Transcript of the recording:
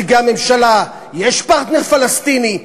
נציגי הממשלה: יש פרטנר פלסטיני,